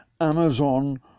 Amazon